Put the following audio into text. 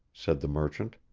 said the merchant.